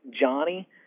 Johnny